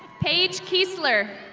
page keesler.